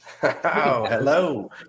Hello